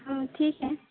ہاں ٹھیک ہے